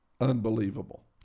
unbelievable